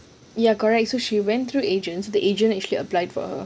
ya correct so she went through agent the agent actually applied for her